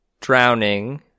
drowning